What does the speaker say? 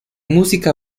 música